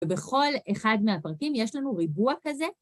ובכל אחד מהפרקים יש לנו ריבוע כזה.